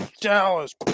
Dallas